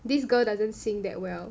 this girl doesn't sing that well